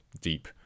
deep